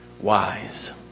wise